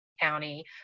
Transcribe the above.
County